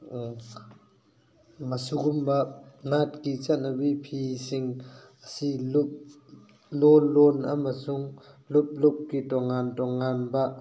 ꯃꯁꯤꯒꯨꯝꯕ ꯅꯥꯠꯀꯤ ꯆꯠꯅꯕꯤ ꯐꯤꯁꯤꯡ ꯑꯁꯤ ꯂꯣꯟ ꯂꯣꯟ ꯑꯃꯁꯨꯡ ꯂꯨꯞ ꯂꯨꯞꯀꯤ ꯇꯣꯉꯥꯟ ꯇꯣꯉꯥꯟꯕ